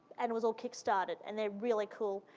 and was all kickstarted, and they're really cool,